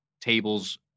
tables